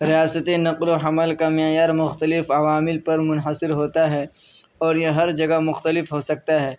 ریاستی نقل و حمل کا معیار مختلف عوامل پر منحصر ہوتا ہے اور یہ ہر جگہ مختلف ہو سکتا ہے